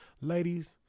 Ladies